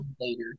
later